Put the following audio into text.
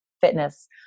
fitness